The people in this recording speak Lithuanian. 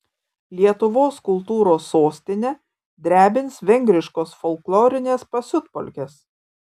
lietuvos kultūros sostinę drebins vengriškos folklorinės pasiutpolkės